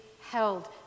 held